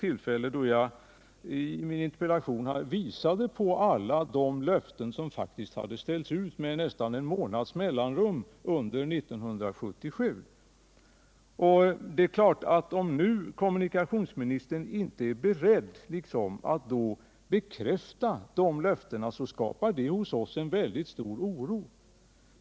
I min interpellation påvisade jag alla de löften som faktiskt ställts ut med bara en månads mellanrum under 1977. Om nu kommunikationsministern inte är beredd att bekräfta dessa löften, är det klart att detta hos oss skapar en mycket stor oro.